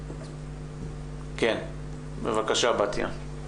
כן, בבקשה בתיה.